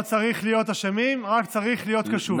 לא צריך להיות אשמים, רק צריך להיות קשובים.